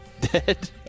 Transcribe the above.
dead